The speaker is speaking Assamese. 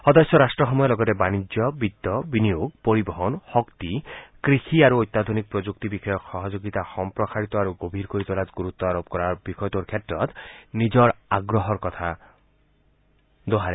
সদস্য ৰাট্ৰসমূহে লগতে বাণিজ্য বিত্ত বিনিয়োগ পৰিবহণ শক্তি কৃষি আৰু অত্যাধুনিক প্ৰযুক্তি বিষয়ক সহযোগিতা সম্প্ৰসাৰিত আৰু গভীৰ কৰি তোলাত গুৰুত্ব আৰোপ কৰাৰ বিষয়টোৰ ক্ষেত্ৰত নিজৰ আগ্ৰহৰ কথা দোহাৰে